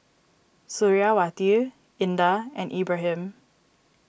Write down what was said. Suriawati Indah and Ibrahim